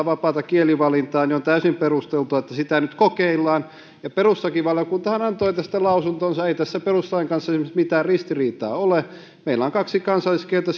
vapaata kielivalintaa joten on täysin perusteltua että sitä nyt kokeillaan perustuslakivaliokuntahan antoi tästä lausuntonsa ei tässä perustuslain kanssa nyt mitään ristiriitaa ole meillä on kaksi kansalliskieltä